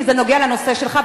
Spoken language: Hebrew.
כי זה נוגע לנושא שלך,